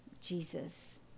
Jesus